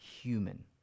human